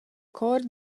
chor